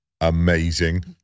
amazing